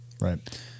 Right